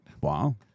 wow